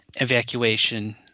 evacuation